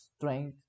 strength